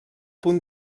punt